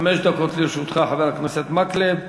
חמש דקות לרשותך, חבר הכנסת מקלב.